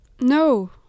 No